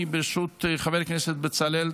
ברשות חבר הכנסת בצלאל,